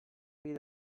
fill